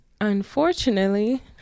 Unfortunately